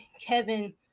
Kevin